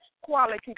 quality